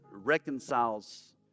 reconciles